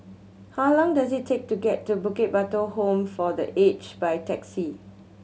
how long does it take to get to Bukit Batok Home for The Aged by taxi